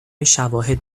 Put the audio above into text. شواهد